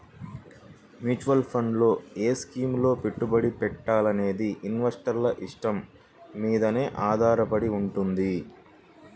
mutual funds లో ఏ స్కీముల్లో పెట్టుబడి పెట్టాలనేది ఇన్వెస్టర్ల ఇష్టం మీదనే ఆధారపడి వుంటది